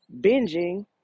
binging